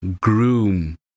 groom